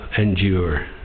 endure